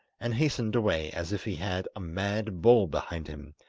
and hastened away as if he had a mad bull behind him,